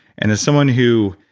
and as someone who